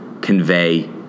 convey